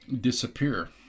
disappear